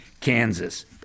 Kansas